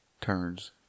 turns